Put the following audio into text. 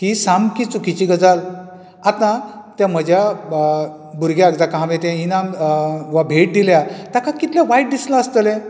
ही सामकी चुकीची गजाल आता म्हज्या भुरग्याक जाका हांवें ते इनाम वा भेट दिल्या ताका कितलें वायट दिसला आसतलें